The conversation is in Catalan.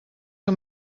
que